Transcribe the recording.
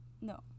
No